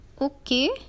okay